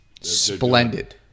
Splendid